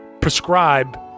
prescribe